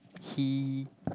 he